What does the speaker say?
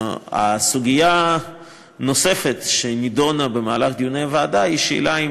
סוגיה נוספת שנדונה במהלך דיוני הוועדה היא השאלה אם